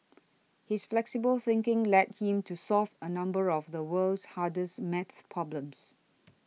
his flexible thinking led him to solve a number of the world's hardest math problems